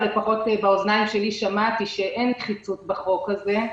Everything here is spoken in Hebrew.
לפחות באוזניים שלי שמעתי שאין נחיצות בחוק הזה,